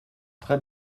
très